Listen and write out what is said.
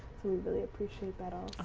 really appreciate that um